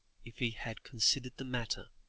if he had considered the matter,